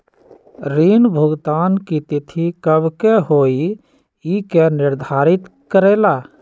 ऋण भुगतान की तिथि कव के होई इ के निर्धारित करेला?